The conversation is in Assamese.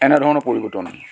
এনেধৰণৰ পৰিৱৰ্তন